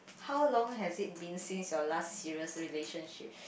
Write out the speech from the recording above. how long has it been since your last serious relationship